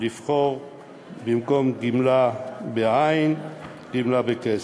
לבחור במקום גמלה בעין גמלה בכסף.